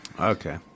Okay